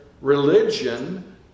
religion